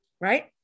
right